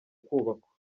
kubakwa